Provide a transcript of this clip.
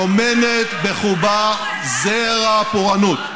טומן בחובו זרע פורענות.